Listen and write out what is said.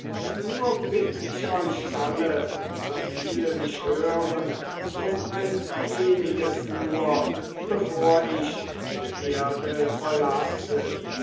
nur bitt ich euch alle so viele mich hören um ein weniges nur bevor ich die erde verlasse